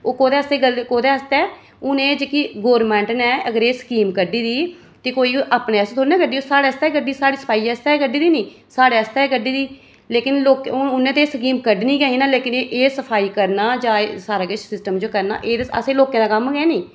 ओह् कोह्दे आस्तै गल्त कोह्दे आस्तै हून एह् जेह्की गौरमैंट नै अगर एह् स्कीम कड्ढी दी ते कोई अपने आस्तै थोह्ड़े न कड्ढी ओह् साढ़े आस्तै कड्ढी साढ़ी सफाई आस्तै कड्ढी दी साढ़े आस्तै कड्ढी दी लेकिन लोकें हून उ'नें ते एह् स्कीम कड्ढनी गै ही लेकिन एह् सफाई करना जां एह् सारा किश सिस्टम जो करना एह् असें लोकें दा कम्म गै निं